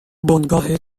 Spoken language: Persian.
بنگاه